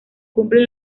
cumple